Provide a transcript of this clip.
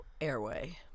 airway